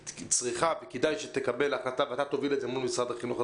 צריכה וכדאי שתקבל החלטה ואתה תוביל את זה מול משרד החינוך,